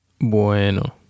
Bueno